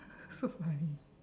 so funny